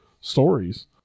stories